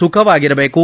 ಸುಖವಾಗಿರಬೇಕು